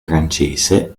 francese